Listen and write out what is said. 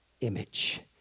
image